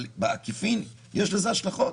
אבל בעקיפין יש לזה השלכות,